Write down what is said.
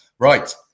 Right